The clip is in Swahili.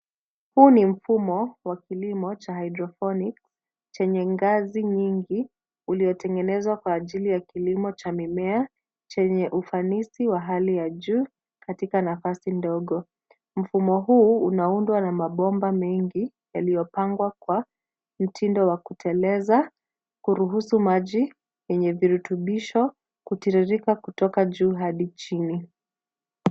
Huu ni mfumo wa kilimo cha hydroponic chenye ngazi nyingi, uliotengenezwa kwa ajili ya kilimo cha mimea chenye ufanisi wa hali ya juu katika nafasi ndogo. Mfumo huu unaundwa na mabomba mengi yaliyopangwa kwa mtindo wa kuteleza, kuruhusu maji yenye virutubisho kutiririka kutoka juu hadi chini.